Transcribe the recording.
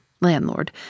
landlord